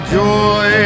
joy